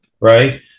right